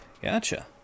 Gotcha